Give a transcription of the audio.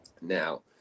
Now